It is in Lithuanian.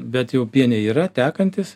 bet jau pieniai yra tekantys